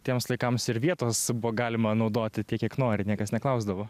tiems laikams ir vietos buvo galima naudoti tiek kiek nori niekas neklausdavo